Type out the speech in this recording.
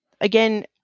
again